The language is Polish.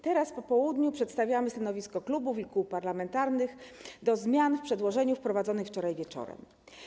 Teraz, po południu, przedstawiamy stanowiska klubów i kół parlamentarnych wobec zmian w przedłożeniu wprowadzonych wczoraj wieczorem.